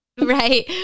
Right